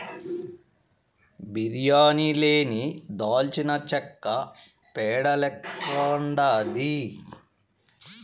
బిర్యానీ లేని దాల్చినచెక్క పేడ లెక్కుండాది